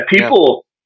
people